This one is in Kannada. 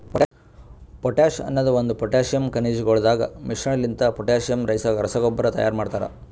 ಪೊಟಾಶ್ ಅನದ್ ಒಂದು ಪೊಟ್ಯಾಸಿಯಮ್ ಖನಿಜಗೊಳದಾಗ್ ಮಿಶ್ರಣಲಿಂತ ಪೊಟ್ಯಾಸಿಯಮ್ ರಸಗೊಬ್ಬರ ತೈಯಾರ್ ಮಾಡ್ತರ